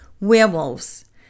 Werewolves